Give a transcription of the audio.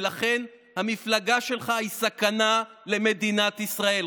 ולכן המפלגה שלך היא סכנה למדינת ישראל.